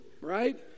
right